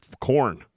corn